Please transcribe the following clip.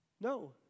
No